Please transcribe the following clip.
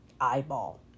eyeball